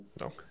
No